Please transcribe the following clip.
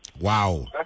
Wow